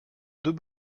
deux